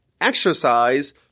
exercise